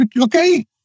Okay